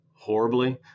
horribly